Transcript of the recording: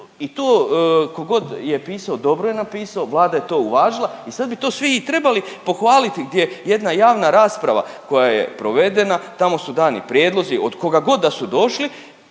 i to tko god je pisao dobro je napisao, Vlada je to uvažila i sad bi to svi i trebali pohvaliti gdje jedna javna rasprava koja je provedena, tamo su dani prijedlozi, od koga da su došli,